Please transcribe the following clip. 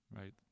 Right